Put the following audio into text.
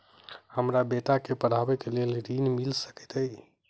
हमरा बेटा केँ पढ़ाबै केँ लेल केँ ऋण मिल सकैत अई?